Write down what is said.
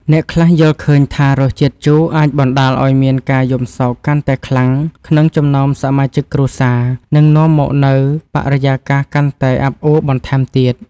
អ្នកខ្លះយល់ឃើញថារសជាតិជូរអាចបណ្តាលឱ្យមានការយំសោកកាន់តែខ្លាំងក្នុងចំណោមសមាជិកគ្រួសារ និង នាំមកនូវបរិយាកាសកាន់តែអាប់អួរបន្ថែមទៀត។